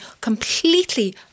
completely